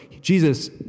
Jesus